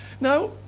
Now